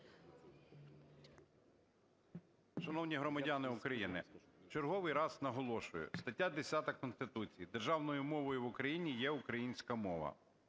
Шановні громадяни України, в черговий раз наголошую, стаття 10 Конституції: "Державною мовою в Україні є українська мова.